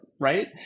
right